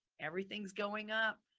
everything's going up,